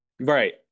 Right